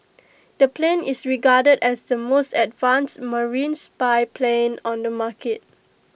the plane is regarded as the most advanced marine spy plane on the market